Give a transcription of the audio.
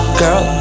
girl